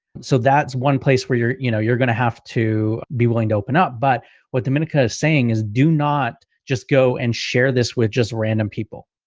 so that's one place where you're, you know, you're gonna have to be willing to open up. but what dominica is saying is do not just go and share this with just random people,